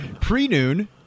pre-noon